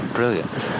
brilliant